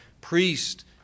priest